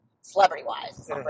Celebrity-wise